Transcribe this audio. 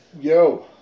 Yo